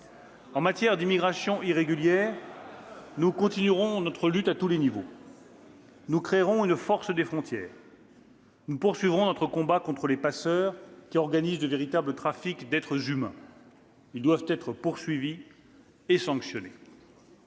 « Contre l'immigration irrégulière, nous poursuivrons la lutte à tous les niveaux. Nous créerons une " force des frontières ". Nous continuerons notre combat contre les passeurs, qui organisent de véritables trafics d'êtres humains. Ils doivent être poursuivis et sanctionnés.